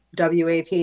WAP